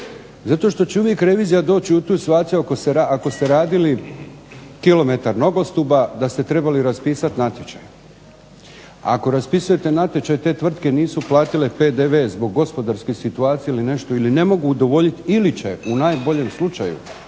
Zato što će uvijek revizija doći u tu situaciju ako ste radili kilometar nogostupa da ste trebali raspisati natječaj. Ako raspisujete natječaj te tvrtke nisu platile PDV zbog gospodarske situacije ili nešto ili ne mogu udovoljiti ili će u najbolje slučaju